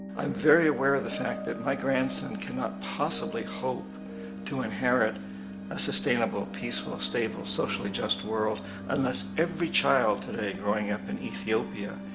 i'm very aware of the fact that my grandson cannot possibly hope to inherit a sustainable, peaceful, stable, socially just world unless every child today growing up in ethiopia,